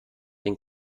den